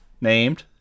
named